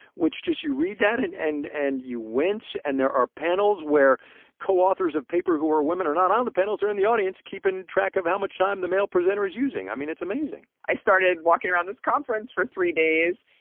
you read that and and and you wince. and there are panels where co-authors of papers who are women are not on on the panels, they're in the audience keeping track of how much time the male presenter is using. i mean, it's amazing i started walking around this conference for three days,